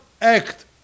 act